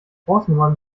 hausnummern